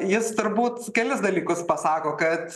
jis turbūt kelis dalykus pasako kad